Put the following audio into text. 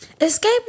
Escape